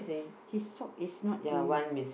his sock is not a